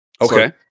Okay